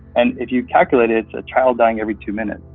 and if you calculate it, it's a child dying every two minutes.